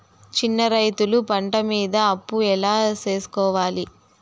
చిన్న రైతులు పంట మీద అప్పు ఎలా తీసుకోవాలి?